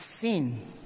sin